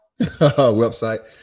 website